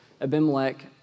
Abimelech